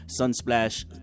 Sunsplash